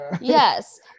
yes